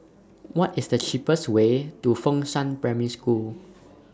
What IS The cheapest Way to Fengshan Primary School